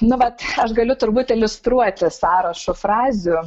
nu vat aš galiu turbūt iliustruoti sąrašu frazių